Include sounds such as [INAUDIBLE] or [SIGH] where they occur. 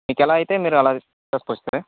మీకెలా అయితే మీరు ఆలా [UNINTELLIGIBLE] వచ్చు సార్